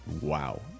Wow